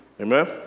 amen